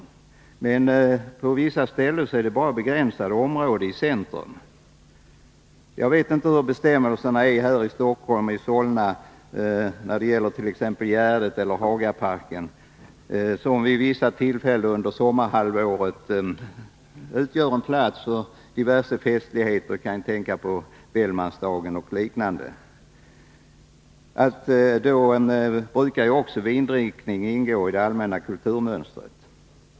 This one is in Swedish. På en del håll är dock förbudet begränsat till vissa områden i centrum. Jag vet inte hur bestämmelserna är utformade för t.ex. Gärdet eller Hagaparken här i Stockholm, platser på vilka det vid vissa tillfällen under sommarhalvåret förekommer diverse fester. Jag tänker exempelvis på Bellmansdagen. Då ingår som bekant också vindrickning i det allmänna kulturmönstret.